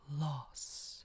loss